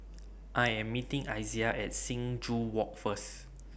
I Am meeting Izaiah At Sing Joo Walk First